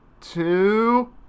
two